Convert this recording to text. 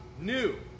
new